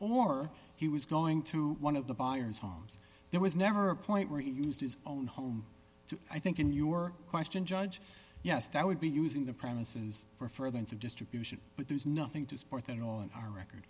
or he was going to one of the buyers homes there was never a point where he used his own home to i think in your question judge yes that would be using the premises for further ends of distribution but there's nothing to support that all in our record